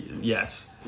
yes